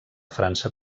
frança